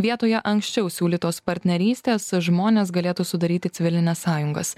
vietoje anksčiau siūlytos partnerystės žmonės galėtų sudaryti civilines sąjungas